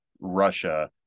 Russia